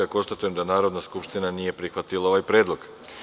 Konstatujem da Narodna skupština nije prihvatila ovaj predlog.